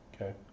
Okay